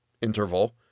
Interval